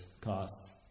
costs